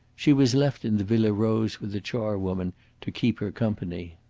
she was left in the villa rose with the charwoman to keep her company.